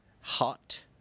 Hot